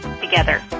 together